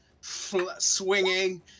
swinging